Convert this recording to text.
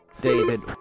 David